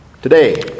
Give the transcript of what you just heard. Today